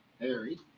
Harry